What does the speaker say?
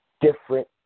different